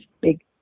big